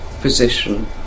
position